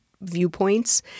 viewpoints